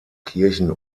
kirchen